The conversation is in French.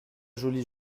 joli